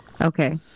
Okay